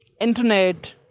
internet